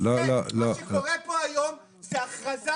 כי מה שקורה פה היום זה הכרזה